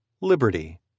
liberty